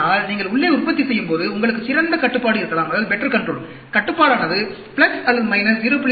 ஆனால் நீங்கள் உள்ளே உற்பத்தி செய்யும் போது உங்களுக்கு சிறந்த கட்டுப்பாடு இருக்கலாம் கட்டுப்பாடானது பிளஸ் அல்லது மைனஸ் 0